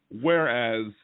whereas